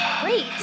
great